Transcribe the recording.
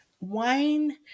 wine